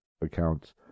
accounts